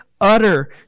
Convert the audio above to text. utter